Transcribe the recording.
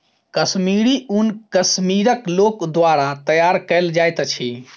कश्मीरी ऊन कश्मीरक लोक द्वारा तैयार कयल जाइत अछि